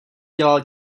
dělal